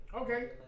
Okay